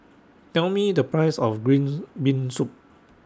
Tell Me The Price of Green Bean Soup